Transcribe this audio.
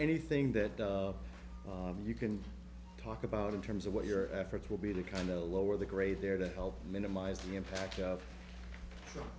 anything that you can talk about in terms of what your efforts will be to kind of lower the grade there to help minimize the impact of